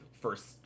first